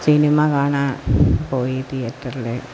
cinema കാണാൻ പോയി തീയറ്ററില്